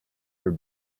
for